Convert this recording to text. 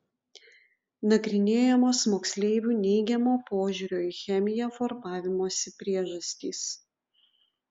nagrinėjamos moksleivių neigiamo požiūrio į chemiją formavimosi priežastys